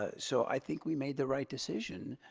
ah so i think we made the right decision.